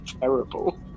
Terrible